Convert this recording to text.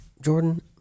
Jordan